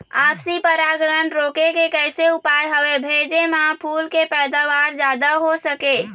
आपसी परागण रोके के कैसे उपाय हवे भेजे मा फूल के पैदावार जादा हों सके?